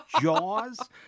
Jaws